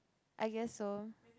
I guess so